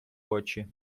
очі